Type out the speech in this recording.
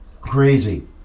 Crazy